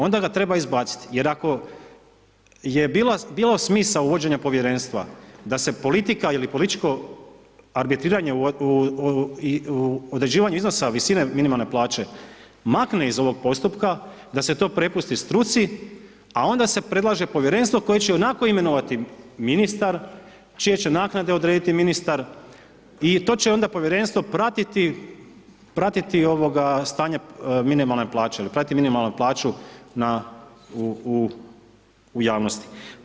Onda ga treba izbaciti jer ako je bilo smisao uvođenja povjerenstva da se politika ili političko arbitriranje i određivanje iznosa visine minimalne plaće makne iz ovog postupka, da se to prepusti struci, a onda se predlaže povjerenstvo koje će ionako imenovati ministar, čije će naknade odrediti ministar i to će onda povjerenstvo pratiti stanje minimalne plaće jer prati minimalnu plaću u javnosti.